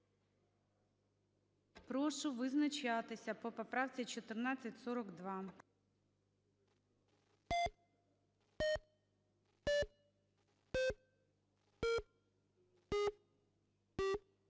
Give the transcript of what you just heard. Прошу визначатись по поправці 1444,